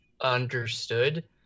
understood